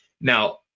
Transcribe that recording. Now